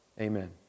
Amen